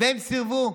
הם סירבו.